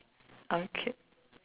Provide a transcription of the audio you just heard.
okay